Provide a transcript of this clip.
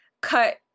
cut